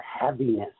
heaviness